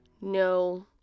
No